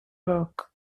burke